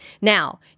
Now